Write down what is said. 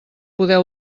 poder